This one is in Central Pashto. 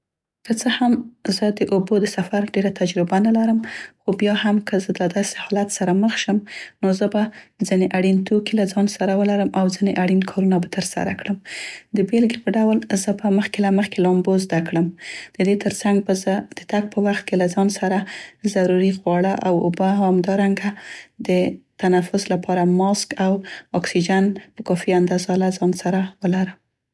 که څه هم زه د اوبو د سفر ډير تجربه نه لرم خو بیا هم که زه د داسې حالت سره مخ شم نو زه به ځینې اړین توکي له ځان سره ولرم او ځینې اړین کارونه به تر سره کړم. د بیلګې په ډول زه به مخکې له مخکې لامبو زده کړم، د دې تر څنګ به زه د تګ په وخت کې له ځان سره ضروري خواړه او اوبه او همدارنګه دې د تنفس لپاره ماسک او اکسیجن په کافي اندازه له ځان سره ولرم.